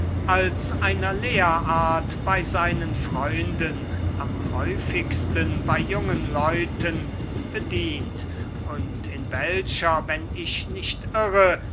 als einer lehrart bey seinen freunden am häufigsten bey jungen leuten bedient und in welcher wenn ich nicht irre